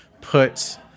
put